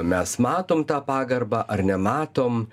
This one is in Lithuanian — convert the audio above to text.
mes matom tą pagarbą ar nematom